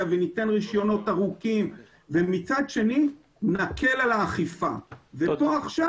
וניתן רישיונות ארוכים ומצד שני נקל על האכיפה אבל כאן עכשיו